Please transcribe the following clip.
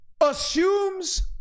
assumes